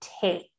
take